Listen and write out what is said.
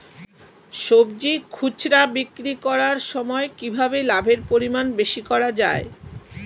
সবজি খুচরা বিক্রি করার সময় কিভাবে লাভের পরিমাণ বেশি করা যায়?